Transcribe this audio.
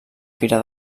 fira